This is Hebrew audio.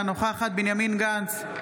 אינה נוכחת בנימין גנץ,